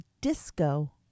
disco